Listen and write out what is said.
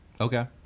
Okay